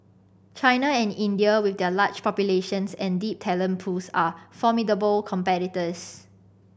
China and India with their large populations and deep talent pools are formidable competitors